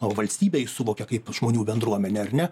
o valstybę jis suvokė kaip žmonių bendruomenę ar ne